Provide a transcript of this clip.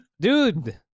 dude